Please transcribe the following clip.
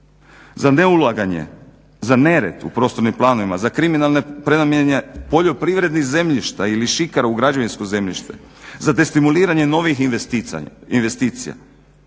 Za neulaganje, za nered u prostornim planovima, za kriminalne prenamjene poljoprivrednih zemljišta ili šikara u građevinsko zemljište, za destimuliranje novih investicija,